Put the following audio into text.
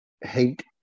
hate